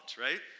right